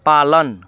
पालन